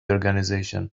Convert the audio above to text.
organization